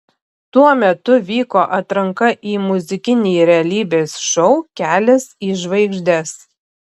tuo metu vyko atranka į muzikinį realybės šou kelias į žvaigždes